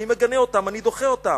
אני מגנה אותם, אני דוחה אותם".